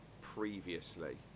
Previously